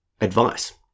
advice